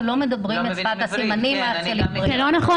לא מדברים שפת סימנים --- זה לא נכון.